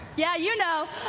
yeah you know,